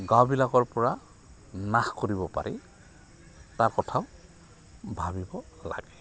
গাঁওবিলাকৰ পৰা নাশ কৰিব পাৰি তাৰ কথাও ভাবিব লাগে